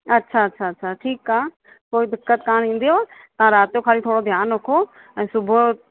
अच्छा अच्छा अच्छा ठीकु आहे कोई दिक़तु कोन्ह ईंदव तव्हां राति जो ख़ाली थोरो ध्यानु रखो ऐं सुबुह